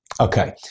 Okay